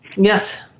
Yes